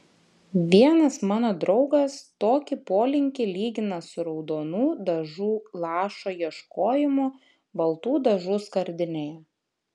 vienas mano draugas tokį polinkį lygina su raudonų dažų lašo ieškojimu baltų dažų skardinėje